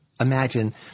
imagine